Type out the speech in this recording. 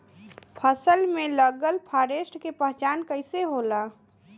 फसल में लगल फारेस्ट के पहचान कइसे होला?